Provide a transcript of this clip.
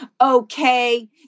okay—